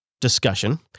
discussion